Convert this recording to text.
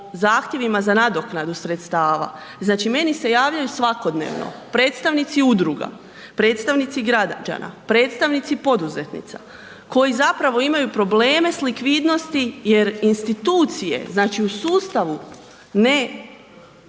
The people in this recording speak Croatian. zahtjevima za nadoknadu sredstava, znači, meni se javljaju svakodnevno predstavnici udruga, predstavnici građana, predstavnici poduzetnica, koji zapravo imaju probleme s likvidnosti jer institucije, znači u sustavu ne